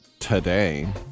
Today